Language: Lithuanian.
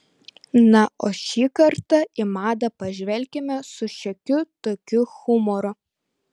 na o šį kartą į madą pažvelkime su šiokiu tokiu humoru